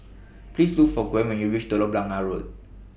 Please Look For Gwen when YOU REACH Telok Blangah Road